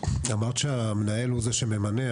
אמרת שהמנהל הוא זה שממנה.